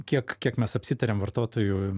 kiek kiek mes apsitarėm vartotojų